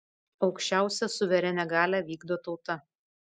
aukščiausią suverenią galią vykdo tauta